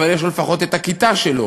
אבל יש לו לפחות את הכיתה שלו,